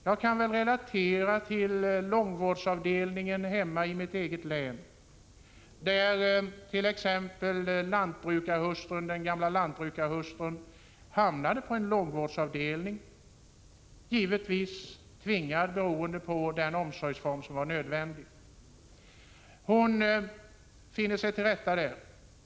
Jag kan relatera till långvårdsavdelningen i mitt eget län, där t.ex. den gamla lantbrukarhustrun hamnar på en långvårdsavdelning, givetvis tvingad beroende på att denna omsorgsform är nödvändig för henne. Hon finner sig till rätta där.